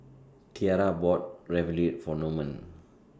Tiarra bought Ravioli For Norman